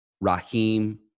Raheem